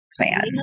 plan